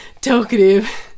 talkative